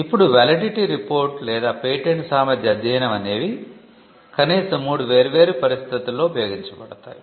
ఇప్పుడు validity report లేదా patent సామర్థ్య అధ్యయనం అనేవి కనీసం 3 వేర్వేరు పరిస్థితులలో ఉపయోగించబడతాయి